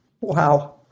Wow